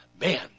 man